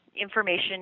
information